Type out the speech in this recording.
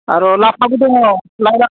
आर' लाफाबो दङ